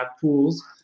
pools